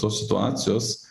tos situacijos